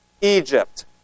Egypt